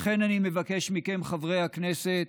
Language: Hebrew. לכן אני מבקש מכם, חברי הכנסת,